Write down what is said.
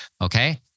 okay